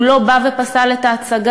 הוא לא פסל את ההצגה,